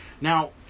now